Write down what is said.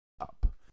up